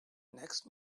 next